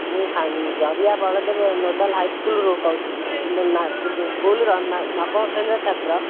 ମୁଁ ଜରିଆ ବଳଦେବ ନୋଡ଼ାଲ୍ ହାଇସ୍କୁଲ୍ରୁ କହୁଥିଲି ସ୍କୁଲ୍ର ନବମ ଶ୍ରେଣୀର ଛାତ୍ର